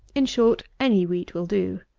in short, any wheat will do.